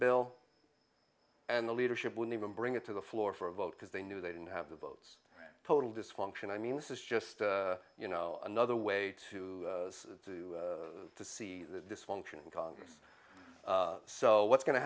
bill and the leadership wouldn't even bring it to the floor for a vote because they knew they didn't have the votes total dysfunction i mean this is just you know another way to do to see the dysfunction in congress so what's go